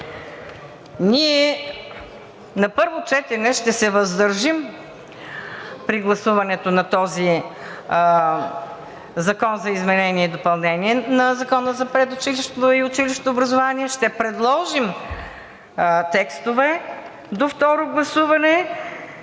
ние на първо четене ще се въздържим при гласуването на този Законопроект за изменение и допълнение на Закона за предучилищното и училищното образование и ще предложим текстове до второ гласуване.